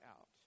out